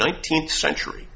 nineteenth century